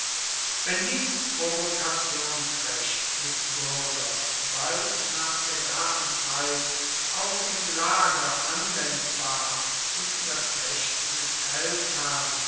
wenn dies provokationsrecht des bürgers bald nach der gracchenzeit auch im lager anwendbar und das recht des feldherrn